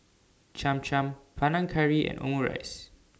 Cham Cham Panang Curry and Omurice